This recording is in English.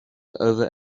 over